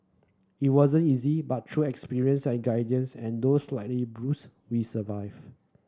it wasn't easy but through experience and guidance and though slightly bruised we survive